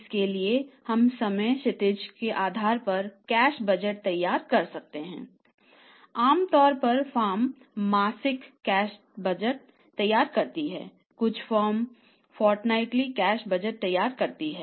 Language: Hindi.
इसके लिए हम समय क्षितिज के आधार पर कैश बजट तैयार कर सकते हैं आम तौर पर फर्म मासिक कैश बजट है